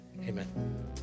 amen